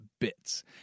bits